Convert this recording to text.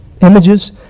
images